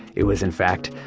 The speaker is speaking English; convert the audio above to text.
it was, in fact,